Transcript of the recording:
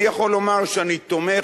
אני יכול לומר שאני תומך,